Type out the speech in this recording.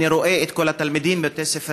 אני רואה את כל התלמידים בבתי ספר